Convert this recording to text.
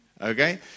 Okay